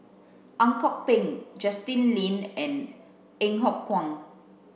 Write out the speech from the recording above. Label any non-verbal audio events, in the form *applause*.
Ang Kok Peng Justin Lean and *unintelligible*